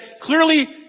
clearly